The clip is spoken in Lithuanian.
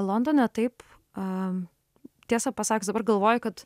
londone taip a tiesą pasakius dabar galvoju kad